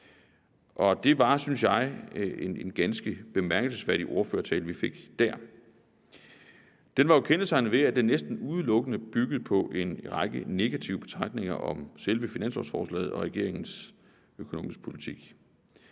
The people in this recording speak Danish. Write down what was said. det var, synes jeg, en ganske bemærkelsesværdig ordførertale, vi fik dér. Den var jo kendetegnet ved, at den næsten udelukkende byggede på en række negative betragtninger om selve finanslovsforslaget og regeringens økonomiske politik.